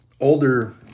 older